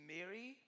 Mary